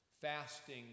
Fasting